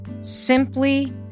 simply